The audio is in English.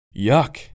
Yuck